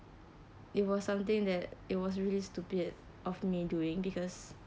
it was something that it was really stupid of me doing because